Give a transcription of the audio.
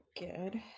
good